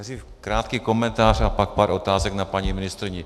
Nejdřív krátký komentář a pak pár otázek na paní ministryni.